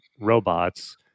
robots